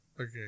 Okay